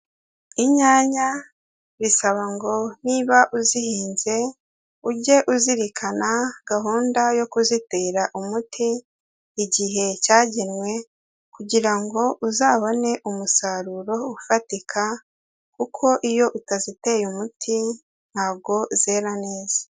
Inyanya bisaba ngo niba uzihinze ujye uzirikana gahunda yo kuzitera umuti, igihe cyagenwe kugira ngo uzabone umusaruro ufatika kuko iyo utaziteye umuti ntabwo zera neza.